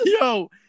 Yo